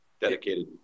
dedicated